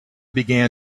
began